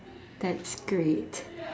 that's great